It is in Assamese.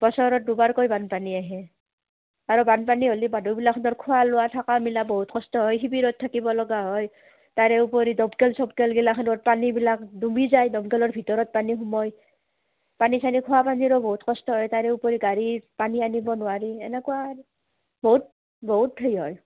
বছৰত দুবাৰকৈ বানপানী আহে আৰু বানপানী হ'লে মানুহবিলাকহঁতৰ খোৱা লোৱা থকা মেলা বহুত কষ্ট হয় শিবিৰত থাকিব লগা হয় তাৰে উপৰি দমকল চমকলগিলাখনত পানীবিলাক ডুবি যায় দমকলৰ ভিতৰত পানী সোমায় পানী চানী খোৱা পানীৰো বহুত কষ্ট হয় তাৰে উপৰি গাড়ীত পানী আনিব নোৱাৰি এনেকুৱা আৰু বহুত বহুত হেৰি হয়